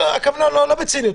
הכוונה לא בציניות.